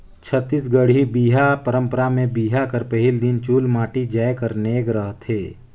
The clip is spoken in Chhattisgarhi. छत्तीसगढ़ी बिहा पंरपरा मे बिहा कर पहिल दिन चुलमाटी जाए कर नेग रहथे